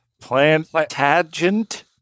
Plantagenet